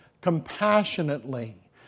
compassionately